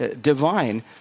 divine